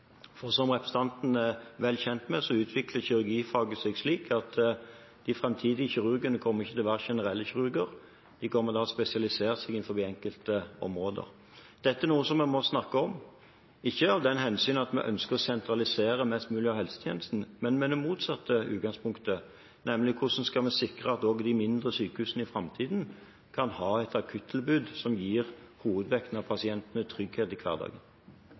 for som representanten er vel kjent med, utvikler kirurgifaget seg slik at de framtidige kirurgene ikke kommer til å være generelle kirurger, de kommer til å spesialisere seg innenfor enkelte områder. Dette er noe som vi må snakke om, ikke av det hensynet at vi ønsker å sentralisere mest mulig av helsetjenesten, men med det motsatte utgangspunktet, nemlig hvordan vi skal sikre at også de mindre sykehusene i framtiden kan ha et akuttilbud som gir hovedvekten av pasientene trygghet i hverdagen.